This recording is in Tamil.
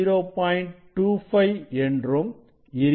25 என்றும் இருக்கிறது